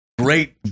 great